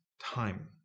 time